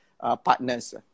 partners